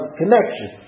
connection